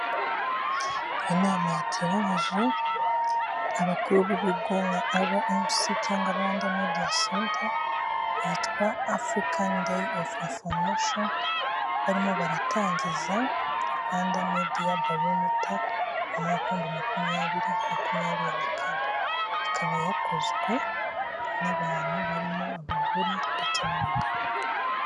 Inama yateranyije abakuru b'ibihugu nka r m c cyangwa rwanda mediya santare yitwa afurikani deyi ovu informasiyo, barimo baratangiza rwanda mediya bayomita mu mwaka makumyabiri makumyabiri na kane. Ikaba yakozwe n'abantu barimo abagore ndetse n'abagabo.